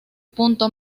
punto